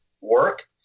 work